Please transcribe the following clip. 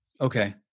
Okay